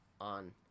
on